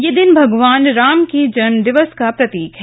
यह दिन भगवान राम के जन्म दिवस का प्रतीक है